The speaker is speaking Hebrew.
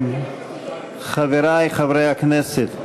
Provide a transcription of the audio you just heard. חברי חברי הכנסת.